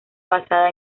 basada